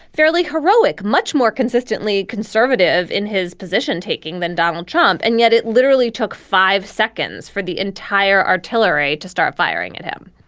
fairly heroic, much more consistently conservative in his position taking than donald trump. and yet it literally took five seconds for the entire artillery to start firing at him